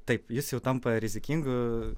taip jis jau tampa rizikingu